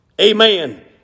Amen